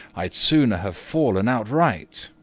i'd sooner have fallen outright.